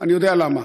אני יודע למה,